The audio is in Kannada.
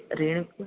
ರೇಣುಕ